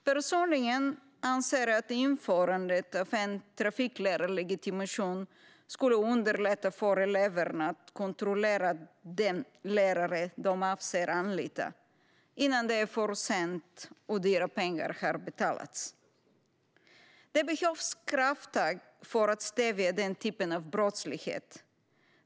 Personligen anser jag att införandet av en trafiklärarlegitimation skulle underlätta för eleverna att kontrollera den lärare de avser att anlita innan det är för sent och dyra pengar har betalats. Det behövs krafttag för att stävja den typen av brottslighet.